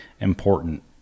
important